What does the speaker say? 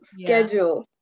schedule